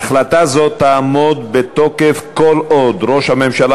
החלטה זו תעמוד בתוקף כל עוד ראש הממשלה